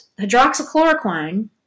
hydroxychloroquine